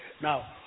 now